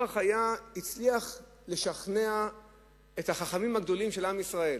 שהצליח לשכנע את החכמים הגדולים של עם ישראל.